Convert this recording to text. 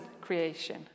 creation